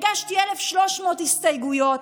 הגשתי 1,300 הסתייגויות,